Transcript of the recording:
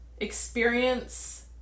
Experience